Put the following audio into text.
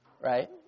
Right